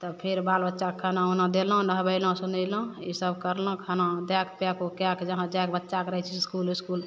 तब फेर बाल बच्चाके खाना उना देलहुँ नहबेलहुँ सुनेलहुँ इसब करलहुँ खाना दए कऽ पैक उक कएके जहाँ जाइके बच्चाके रहय छै ईसकुल उस्कुल